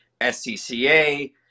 SCCA